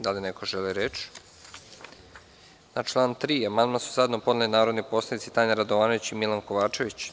Da li neko želi reč? (Ne.) Na član 3. amandman su zajedno podneli narodni poslanici Tanja Radovanović i Milan Kovačević.